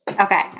Okay